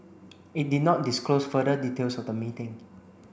it did not disclose further details of the meeting